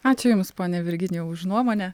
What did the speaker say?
ačiū jums pone virginijau už nuomonę